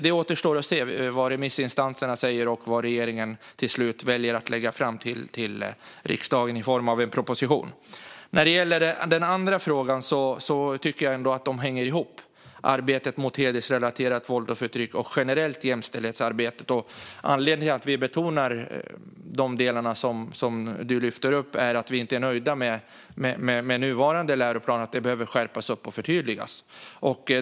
Det återstår att se vad remissinstanserna säger och vad regeringen till slut väljer att lägga fram till riksdagen i form av en proposition. När det gäller den andra frågan tycker jag ändå att arbetet mot hedersrelaterat våld och förtryck och jämställdhetsarbetet generellt hänger ihop. Anledningen till att vi betonar de delar som Michael Rubbestad lyfter upp är att vi inte är nöjda med nuvarande läroplan utan tycker att den behöver skärpas och förtydligas.